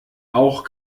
auch